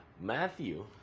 Matthew